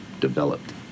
developed